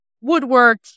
woodwork